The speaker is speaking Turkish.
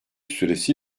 süresi